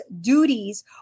duties